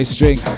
String